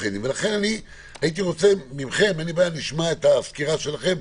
נשמע את הסקירה שלכם.